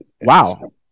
Wow